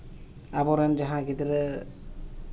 ᱟᱵᱚ ᱨᱮᱱ ᱡᱟᱦᱟᱸᱭ ᱜᱤᱫᱽᱨᱟᱹ